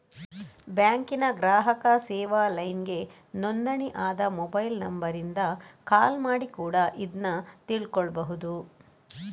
ಬ್ಯಾಂಕಿನ ಗ್ರಾಹಕ ಸೇವಾ ಲೈನ್ಗೆ ನೋಂದಣಿ ಆದ ಮೊಬೈಲ್ ನಂಬರಿಂದ ಕಾಲ್ ಮಾಡಿ ಕೂಡಾ ಇದ್ನ ತಿಳ್ಕೋಬಹುದು